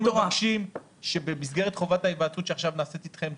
אנחנו מבקשים שבמסגרת חובת ההיוועצות שעכשיו נעשית אתכם,